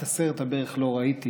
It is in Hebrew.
את הסרט "הברך" לא ראיתי,